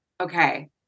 okay